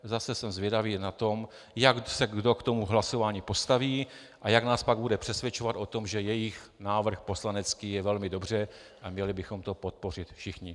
Zase jsem zvědavý na to, jak se kdo k tomu hlasování postaví a jak nás pak bude přesvědčovat o tom, že jejich návrh poslanecký je velmi dobře a měli bychom to podpořit všichni.